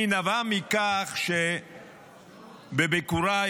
היא נבעה מכך, שבביקוריי